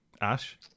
ash